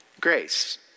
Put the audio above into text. Grace